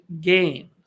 Games